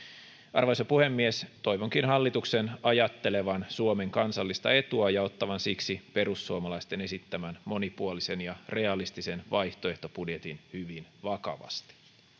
arvoisa puhemies toivonkin hallituksen ajattelevan suomen kansallista etua ja ottavan siksi perussuomalaisten esittämän monipuolisen ja realistisen vaihtoehtobudjetin hyvin vakavasti